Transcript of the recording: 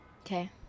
Okay